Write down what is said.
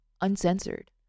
Uncensored